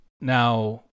Now